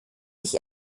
ich